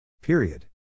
Period